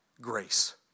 grace